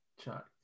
chat